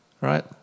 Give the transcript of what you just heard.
right